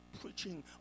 preaching